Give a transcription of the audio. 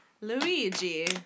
Luigi